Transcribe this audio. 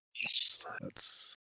Yes